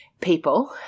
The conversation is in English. people